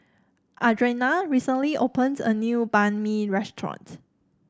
Adrianna recently opened a new Banh Mi restaurant